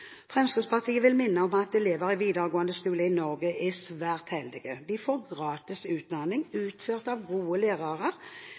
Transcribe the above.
Fremskrittspartiet vil minne om at elever i videregående skole i Norge er svært heldige. De får gratis